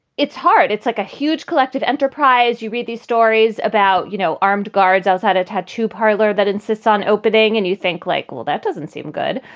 it's hard. it's like a huge collective enterprise. you read these stories about, you know, armed guards outside a tattoo parlor that insists on opening and you think like, well, that doesn't seem good.